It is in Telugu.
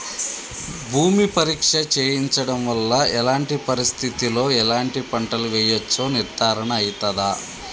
భూమి పరీక్ష చేయించడం వల్ల ఎలాంటి పరిస్థితిలో ఎలాంటి పంటలు వేయచ్చో నిర్ధారణ అయితదా?